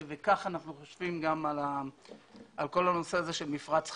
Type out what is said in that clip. וכך אנחנו חושבים גם על כל הנושא הזה של מפרץ חיפה.